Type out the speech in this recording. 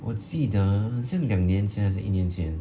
我记得很像两年前还是一年前